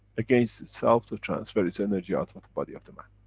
against itself, to transfer its energy out of the body of the man.